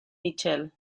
mitchell